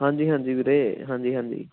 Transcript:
ਹਾਂਜੀ ਹਾਂਜੀ ਵੀਰੇ ਹਾਂਜੀ ਹਾਂਜੀ